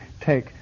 take